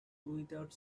without